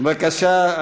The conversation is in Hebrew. בבקשה.